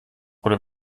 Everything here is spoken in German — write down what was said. oder